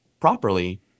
properly